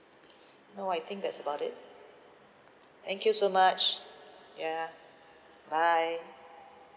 no I think that's about it thank you so much ya bye